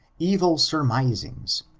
evil surmisings,